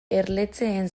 erletxeen